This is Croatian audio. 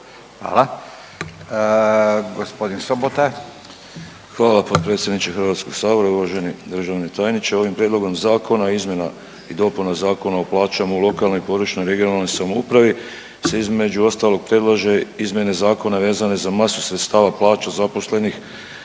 Darko (HDZ)** Hvala potpredsjedniče Hrvatskog sabora. Uvaženi državni tajniče, ovim Prijedlogom Zakona o izmjenama i dopunama Zakona o plaćama u lokalnoj i područnoj (regionalnoj) samoupravi se između ostalog predlaže izmjene zakona vezane za masu sredstava plaća zaposlenih